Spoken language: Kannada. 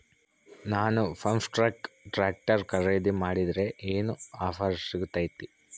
ನಾನು ಫರ್ಮ್ಟ್ರಾಕ್ ಟ್ರಾಕ್ಟರ್ ಖರೇದಿ ಮಾಡಿದ್ರೆ ಏನು ಆಫರ್ ಸಿಗ್ತೈತಿ?